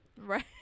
right